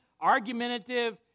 argumentative